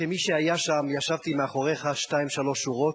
כמי שהיה שם, ישבתי מאחוריך שתיים, שלוש שורות.